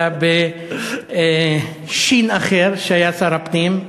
אלא בשי"ן אחר שהיה שר הפנים.